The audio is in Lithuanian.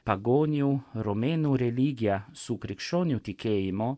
pagonių romėnų religiją su krikščionių tikėjimu